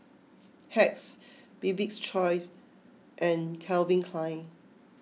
Hacks Bibik's Choice and Calvin Klein